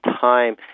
time